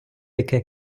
яке